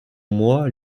moi